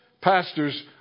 Pastors